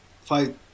fight